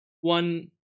one